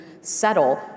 settle